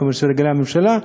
כמו שרגילה הממשלה,